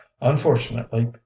Unfortunately